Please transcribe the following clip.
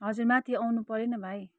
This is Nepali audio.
हजुर माथि आउनुपरेन भाइ